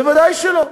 ודאי שלא.